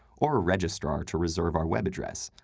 or a registrar to reserve our web address.